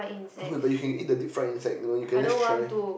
but you can eat the deep fried insect or you can just try